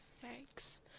Thanks